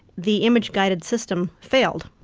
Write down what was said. the image guided system failed,